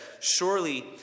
surely